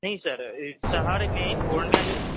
نہیں سر شہر میں پورنیہ جو